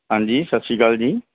ਹਾਂਜੀ ਸਤਿ ਸ਼੍ਰੀ ਅਕਾਲ ਜੀ